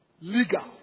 legal